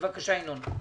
בבקשה, ינון.